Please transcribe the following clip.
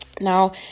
Now